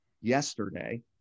yesterday